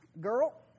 girl